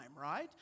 right